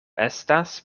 estas